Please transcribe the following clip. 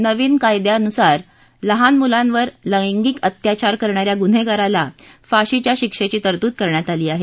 नवीन कायद्यानुसार लहान मुलांवर लैंगिक अत्याचार करणाऱ्या गुन्हेगाराला फाशीच्या शिक्षेची तरतूद करण्यात आली आहे